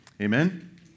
Amen